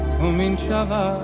cominciava